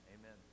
amen